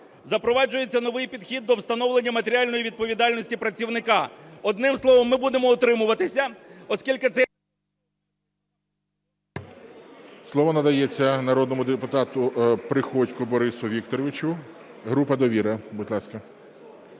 Запроваджується новий підхід до встановлення матеріальної відповідальності працівника. Одним словом ми будемо утримуватися, оскільки цей… ГОЛОВУЮЧИЙ. Слово надається народному депутату Приходьку Борису Вікторовичу, група "Довіра", будь ласка.